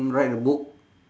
write a book